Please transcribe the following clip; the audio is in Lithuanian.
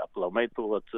aplamai tų vat